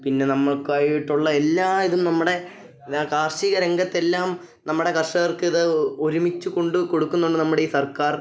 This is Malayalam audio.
പിന്നെ നമുക്ക് ആയിട്ടുള്ള എല്ലാ ഇതും നമ്മുടെ കാർഷിക രംഗത്തെല്ലാം നമ്മുടെ കർഷകർക്ക് ഇത് ഒരുമിച്ച് കൊണ്ട് കൊടുക്കുന്നുണ്ട് നമ്മുടെ ഈ സർക്കാർ